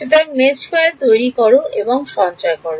সুতরাং জাল ফাইল তৈরি করো এবং সঞ্চয় করো